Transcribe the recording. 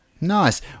Nice